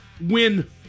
win